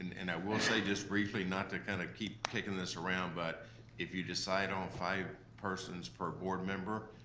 and i will say just briefly, not to kind of keep kicking this around, but if you decide on five persons per board member,